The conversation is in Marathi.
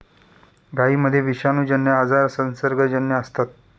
गायींमध्ये विषाणूजन्य आजार संसर्गजन्य असतात